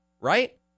Right